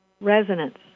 resonance